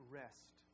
rest